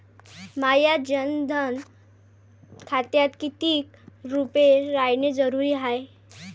माह्या जनधन खात्यात कितीक रूपे रायने जरुरी हाय?